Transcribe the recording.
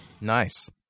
nice